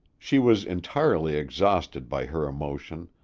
she was entirely exhausted by her emotion,